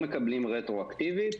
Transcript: לא מקבלים רטרו-אקטיבית,